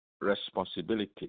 responsibility